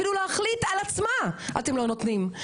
אפילו להחליט על עצמה אתם לא נותנים.